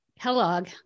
Kellogg